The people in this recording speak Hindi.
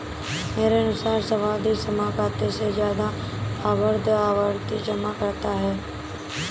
मेरे अनुसार सावधि जमा खाते से ज्यादा लाभप्रद आवर्ती जमा खाता है